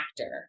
actor